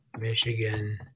Michigan